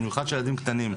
במיוחד כאשר הילדים קטנים.